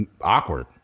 awkward